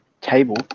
Table